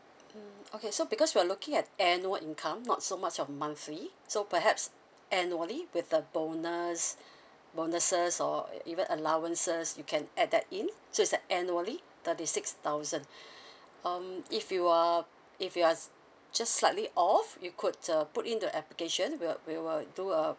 mm okay so because we're looking at annual income not so much of monthly so perhaps annually with the bonus bonuses or even allowances you can add that in so it's at annually thirty six thousand um if you are if you are just slightly off you could uh put in the application we'll we will do a